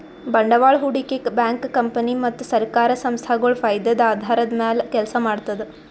ಬಂಡವಾಳ್ ಹೂಡಿಕೆ bank company ಮತ್ತ್ ಸರ್ಕಾರ್ ಸಂಸ್ಥಾಗೊಳ್ ಫೈದದ್ದ್ ಆಧಾರದ್ದ್ ಮ್ಯಾಲ್ ಕೆಲಸ ಮಾಡ್ತದ್